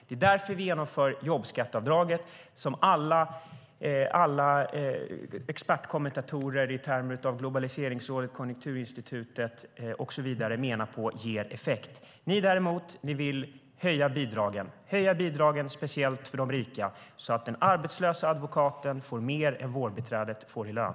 Det är därför vi genomför jobbskatteavdraget, vilket alla expertkommentatorer i form av Globaliseringsrådet, Konjunkturinstitutet och så vidare menar ger effekt. Ni vill däremot höja bidragen - speciellt för de rika, så att den arbetslösa advokaten får mer än vårdbiträdet får i lön.